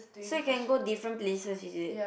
so you can go different places is it